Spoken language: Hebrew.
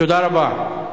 תודה רבה.